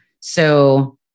So-